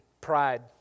pride